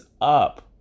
up